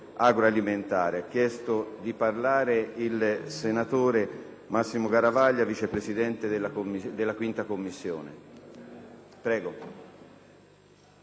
agroalimentare***